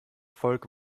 volk